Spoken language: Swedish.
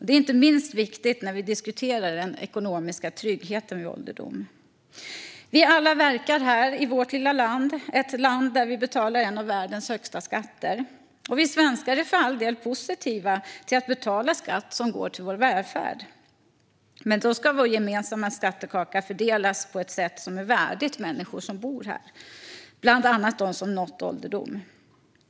Det är viktigt inte minst när vi diskuterar den ekonomiska tryggheten vid ålderdom. Vi alla verkar här i vårt lilla land, ett land där vi betalar en av världens högsta skatter. Vi svenskar är för all del positiva till att betala skatt som går till vår välfärd. Men då ska vår gemensamma skattekaka fördelas på ett sätt som är värdigt människor som bor här, bland annat de som nått ålderdomen.